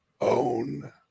own